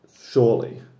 surely